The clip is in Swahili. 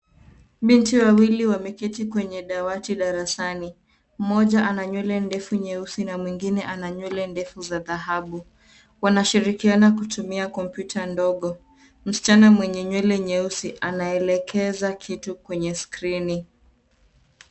Binti wawili wameketi kwenye dawati darasani. Mmoja ana nywele ndefu nyeusi na mwingine ana nywele ndefu za dhahabu. Wanashirikiana kutumia kompyuta ndogo. Msichana mwenye nywele nyeusi anaelekeza kitu kwenye skrini.